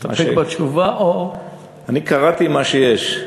להסתפק בתשובה או, אני קראתי מה שיש.